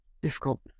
Difficult